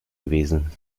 gewesen